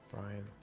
Brian